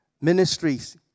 ministries